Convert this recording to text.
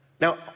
Now